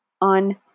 on